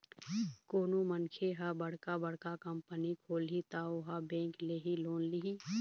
कोनो मनखे ह बड़का बड़का कंपनी खोलही त ओहा बेंक ले ही लोन लिही